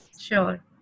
sure